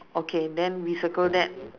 okay then we circle that